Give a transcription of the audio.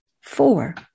four